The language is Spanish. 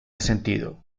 sentido